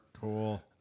Cool